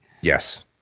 Yes